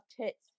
tits